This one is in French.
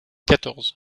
quatorze